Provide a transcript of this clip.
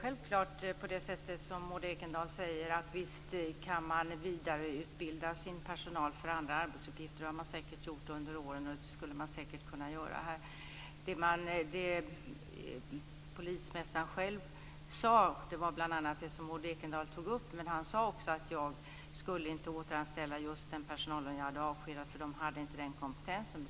Fru talman! Visst går det att vidareutbilda personalen för andra arbetsuppgifter. Det har säkert gjorts under åren och skulle säkert kunna göras här. Polismästaren sade bl.a. det som Maud Ekendahl tog upp, men han sade också att han inte skulle återanställa just den personal han hade avskedat eftersom de inte hade den kompetensen.